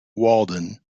walden